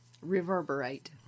reverberate